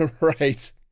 Right